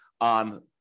on